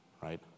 right